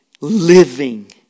living